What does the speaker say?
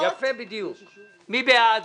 מי בעד?